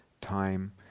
time